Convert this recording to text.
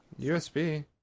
USB